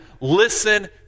listen